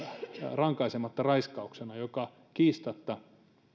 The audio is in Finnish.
rankaisematta raiskauksena tulisi kiistatta